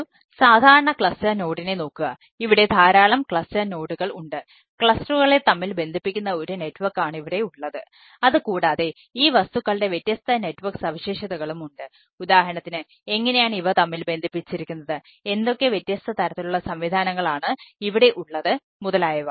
ഒരു സാധാരണ ക്ലസ്റ്റർ സവിശേഷതകളും ഉണ്ട് ഉദാഹരണത്തിന് എങ്ങനെയാണ് ഇവ തമ്മിൽ ബന്ധിപ്പിച്ചിരിക്കുന്നത് എന്തൊക്കെ വ്യത്യസ്ത തരത്തിലുള്ള സംവിധാനങ്ങൾ ആണ് ഇവിടെ ഉള്ളത് മുതലായവ